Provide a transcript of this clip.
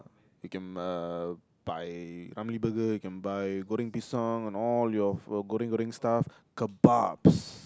we can uh buy Ramly Burger you can buy goreng pisang and all your goreng goreng stuff kebabs